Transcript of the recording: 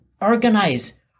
organize